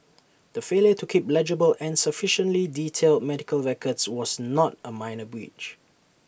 the failure to keep legible and sufficiently detailed medical records was not A minor breach